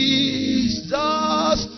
Jesus